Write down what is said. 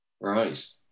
right